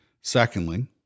secondly